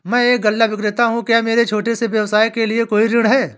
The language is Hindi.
मैं एक गल्ला विक्रेता हूँ क्या मेरे छोटे से व्यवसाय के लिए कोई ऋण है?